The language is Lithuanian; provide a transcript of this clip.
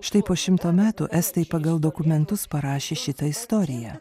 štai po šimto metų estai pagal dokumentus parašė šitą istoriją